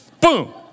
boom